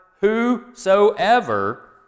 whosoever